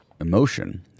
emotion